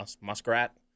Muskrat